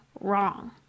wrong